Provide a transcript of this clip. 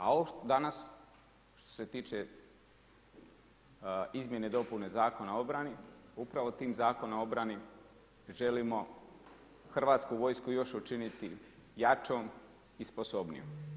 A ovo danas što se tiče izmjene i dopune Zakona o obrani, upravo tim Zakonom o obrani želimo hrvatsku vojsku još učiniti jačom i sposobnijom.